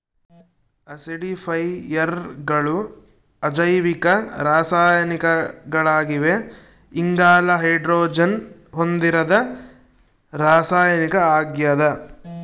ಆಸಿಡಿಫೈಯರ್ಗಳು ಅಜೈವಿಕ ರಾಸಾಯನಿಕಗಳಾಗಿವೆ ಇಂಗಾಲ ಹೈಡ್ರೋಜನ್ ಹೊಂದಿರದ ರಾಸಾಯನಿಕ ಆಗ್ಯದ